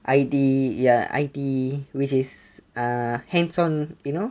I_T_E ya I_T_E which is uh hands on you know